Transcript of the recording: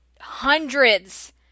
hundreds